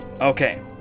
Okay